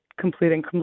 completing